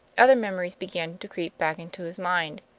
other memories began to creep back into his mind.